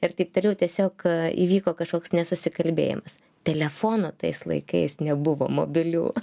ir taip toliau tiesiog įvyko kažkoks nesusikalbėjimas telefonų tais laikais nebuvo mobilių